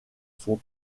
sont